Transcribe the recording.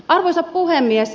arvoisa puhemies